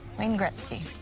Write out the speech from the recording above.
wayne gretzky.